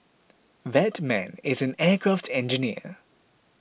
that man is an aircraft engineer